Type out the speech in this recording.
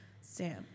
Sam